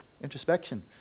introspection